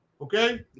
okay